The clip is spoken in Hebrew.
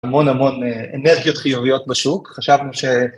המון המון אנרגיות חיוביות בשוק, חשבנו ש...